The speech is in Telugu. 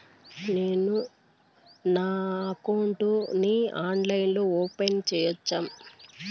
నేను నా అకౌంట్ ని ఆన్లైన్ లో ఓపెన్ సేయొచ్చా?